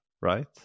right